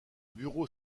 bureau